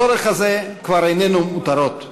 הצורך הזה כבר איננו מותרות,